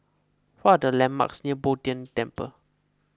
what are the landmarks near Bo Tien Temple